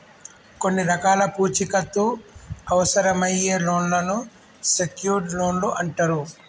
కొన్ని రకాల పూచీకత్తు అవసరమయ్యే లోన్లను సెక్యూర్డ్ లోన్లు అంటరు